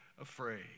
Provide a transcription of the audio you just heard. afraid